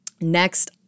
Next